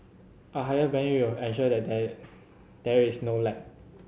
a higher band will ensure that there there is no lag